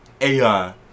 AI